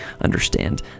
understand